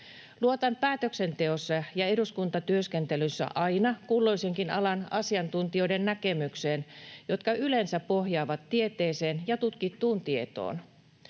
Luotan päätöksenteossa ja eduskuntatyöskentelyssä aina kulloisenkin alan asiantuntijoiden näkemyksiin, jotka yleensä pohjaavat tieteeseen ja tutkittuun tietoon.